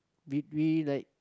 did we like